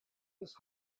his